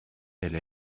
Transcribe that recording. elle